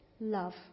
love